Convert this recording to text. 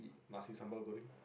must be sambal goreng